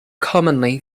commonly